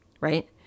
right